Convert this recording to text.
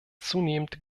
zunehmend